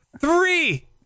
three